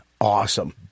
awesome